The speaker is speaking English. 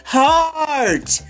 heart